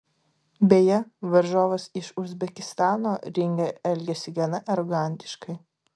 beje varžovas iš uzbekistano ringe elgėsi gana arogantiškai